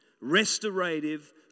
restorative